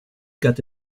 got